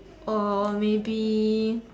or maybe